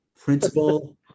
principal